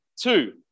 two